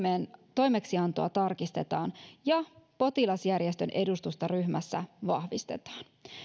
toimeksiantoa tarkistetaan ja potilasjärjestön edustusta ryhmässä vahvistetaan